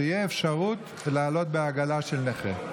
שתהיה אפשרות לעלות בעגלה של נכה.